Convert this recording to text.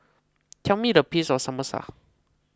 tell me the peace of Samosa